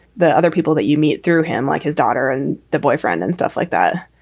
the other people that you meet through him like his daughter and the boyfriend and stuff like that.